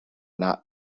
not